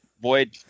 Void